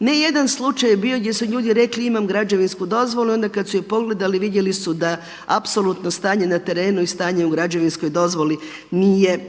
Ne jedan slučaj je bio gdje su ljudi rekli imam građevinsku dozvolu i onda kada su je pogledali vidjeli su da apsolutno stanje na terenu i stanje u građevinskoj dozvoli nije